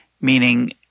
meaning